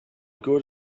good